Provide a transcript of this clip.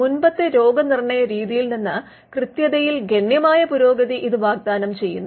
മുമ്പത്തെ രോഗനിർണ്ണയരീതിയിൽ നിന്ന് കൃത്യതയിൽ ഗണ്യമായ പുരോഗതി ഇത് വാഗ്ദാനം ചെയ്യുന്നു